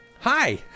hi